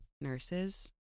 nurses